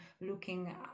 looking